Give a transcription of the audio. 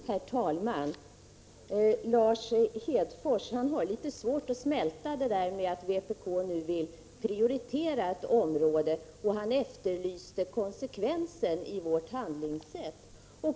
Herr talman! Lars Hedfors har litet svårt att smälta att vpk vill prioritera ett område, och han efterlyste konsekvensen i vårt handlingssätt.